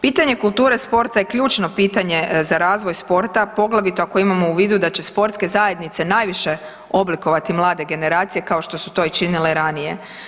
Pitanje kulture sporta je ključno pitanje za razvoj sporta, poglavito ako imamo u vidu da će sportske zajednice najviše oblikovati mlade generacije kao što su to i činile ranije.